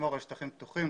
לשמור על שטחים פתוחים,